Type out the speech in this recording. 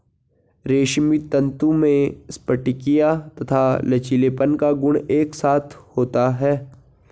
रेशमी तंतु में स्फटिकीय तथा लचीलेपन का गुण एक साथ होता है